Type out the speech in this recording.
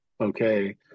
okay